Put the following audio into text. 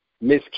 Miss